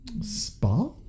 spa